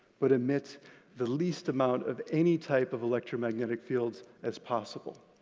but emit the least amount of any type of electromagnetic fields as possible.